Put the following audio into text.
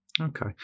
okay